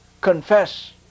confess